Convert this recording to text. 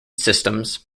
systems